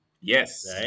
Yes